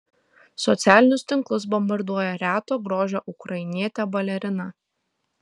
socialinius tinklus bombarduoja reto grožio ukrainietė balerina